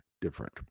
different